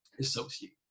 associate